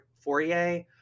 Fourier